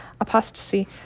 apostasy